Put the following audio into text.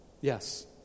Yes